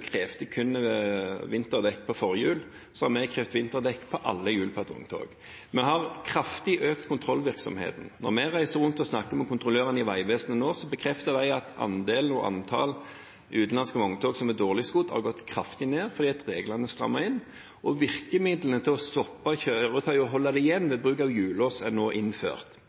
krevde vinterdekk kun på forhjul, har vi krevd vinterdekk på alle hjul på et vogntog. Vi har økt kontrollvirksomheten kraftig. Når vi reiser rundt og snakker med kontrollørene i Vegvesenet nå, bekrefter de at antallet utenlandske vogntog som er dårlig skodd, har gått kraftig ned fordi reglene er strammet inn. Virkemidlet for å stoppe kjøretøy og holde dem igjen ved bruk av hjullås er nå innført.